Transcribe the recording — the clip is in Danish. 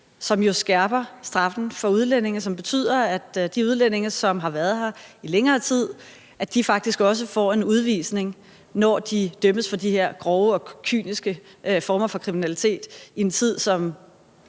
som skærper straffen for udlændinge og betyder, at de udlændinge, som har været her i længere tid, faktisk også får en udvisning, når de dømmes for de her grove og kyniske former for kriminalitet i en tid, som